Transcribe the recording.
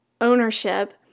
ownership